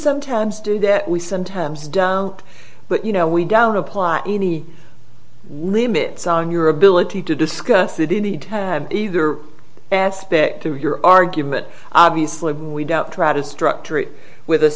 sometimes do that we sometimes don't but you know we don't apply any limits on your ability to discuss it any time either and specter your argument obviously we don't try to structure it with a